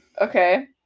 Okay